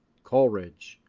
coleridge,